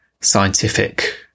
scientific